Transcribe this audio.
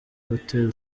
hotel